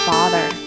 Father